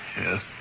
Yes